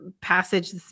passage